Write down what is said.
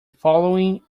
following